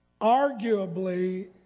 arguably